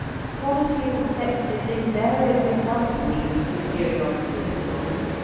equality of the sexes invariably does mean the superiority of woman.